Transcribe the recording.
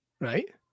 right